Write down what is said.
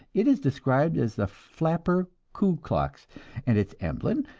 it is described as the flapper ku klux and its emblem,